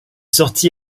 sorti